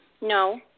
No